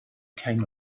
came